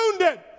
wounded